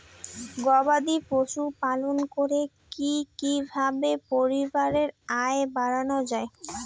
গবাদি পশু পালন করে কি কিভাবে পরিবারের আয় বাড়ানো যায়?